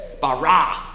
bara